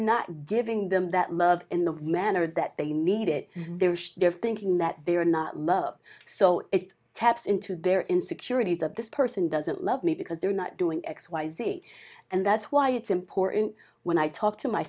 not giving them that love in the manner that they need it they wish their thinking that they are not love so it taps into their insecurities of this person doesn't love me because they're not doing x y z and that's why it's important when i talk to my